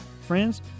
friends